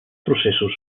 processos